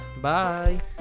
Bye